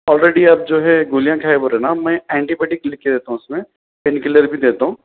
already آپ جو ہے گولیاں کھائے بول رہے ہیں نا میں اینٹی بائیوٹیک لکھ کے دیتا ہوں اس میں پین کیلر بھی دیتا ہوں